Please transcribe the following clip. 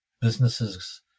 businesses